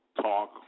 talk